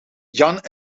jan